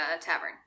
tavern